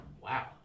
Wow